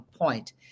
point